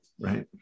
right